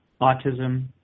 autism